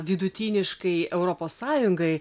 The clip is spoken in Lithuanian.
vidutiniškai europos sąjungai